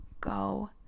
Go